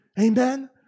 Amen